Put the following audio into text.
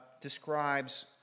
describes